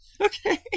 Okay